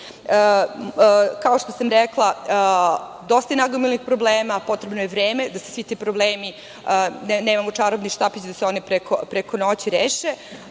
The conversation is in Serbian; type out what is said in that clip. što sam rekla, dosta je nagomilanih problema, potrebno je vreme da se svi ti problemi, nemamo čarobni štapić da se oni preko noći reše. Na